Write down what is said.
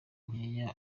nkeka